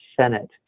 Senate